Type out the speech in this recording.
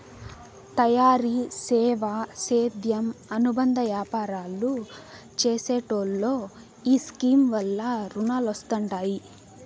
తయారీ, సేవా, సేద్యం అనుబంద యాపారాలు చేసెటోల్లో ఈ స్కీమ్ వల్ల రునాలొస్తండాయి